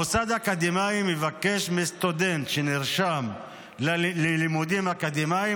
מוסד אקדמי מבקש מסטודנט שנרשם ללימודים אקדמיים